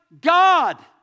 God